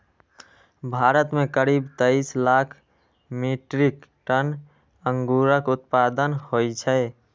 भारत मे करीब तेइस लाख मीट्रिक टन अंगूरक उत्पादन होइ छै